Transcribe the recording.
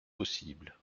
possible